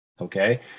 okay